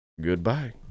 Goodbye